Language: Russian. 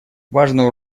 важную